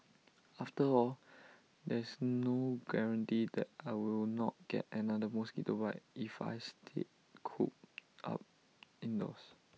after all there's no guarantee that I will not get another mosquito bite if I stay cooped up indoors